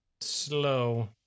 Slow